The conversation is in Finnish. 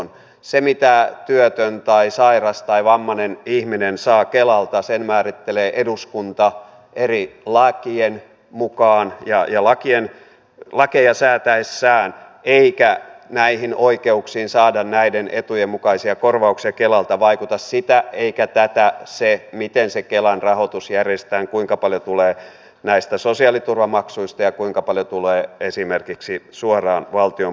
sen mitä työtön tai sairas tai vammainen ihminen saa kelalta määrittelee eduskunta eri lakien mukaan ja lakeja säätäessään eikä tähän oikeuteen saada näiden etujen mukaisia korvauksia kelalta vaikuta sitä eikä tätä se miten se kelan rahoitus järjestetään kuinka paljon tulee näistä sosiaaliturvamaksuista ja kuinka paljon tulee esimerkiksi suoraan valtion budjetin kautta